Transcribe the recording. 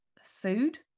food